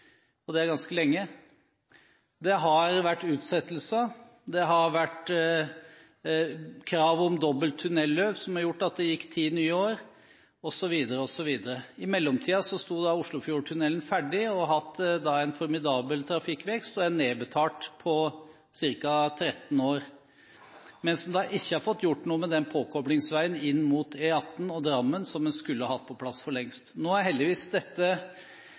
og det er ganske lenge. Det har vært utsettelser, det har vært krav om dobbelt tunnelløp som har gjort at det gikk ti nye år, osv. I mellomtiden sto Oslofjordtunnelen ferdig. Den har hatt en formidabel trafikkvekst og er nedbetalt på ca. 13 år, mens en ikke har fått gjort noe med den påkoblingsveien inn mot E18 og Drammen som en skulle hatt på plass for lengst. Nå ser dette heldigvis